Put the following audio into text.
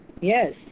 Yes